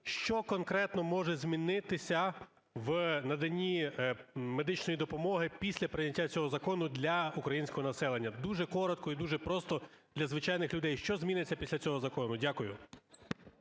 що конкретно може змінитися в наданні медичної допомоги після прийняття цього закону для українського населення? Дуже коротко і дуже просто для звичайних людей, що зміниться після цього закону. Дякую.